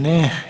Ne.